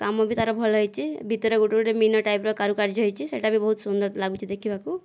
କାମ ବି ତା'ର ଭଲ ହୋଇଛି ଭିତରେ ଗୋଟିଏ ଗୋଟିଏ ମିନ ଟାଇପ୍ର କାରୁକାର୍ଯ୍ୟ ହୋଇଛି ସେଟା ବି ବହୁତ ସୁନ୍ଦର ଲାଗୁଛି ଦେଖିବାକୁ